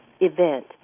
event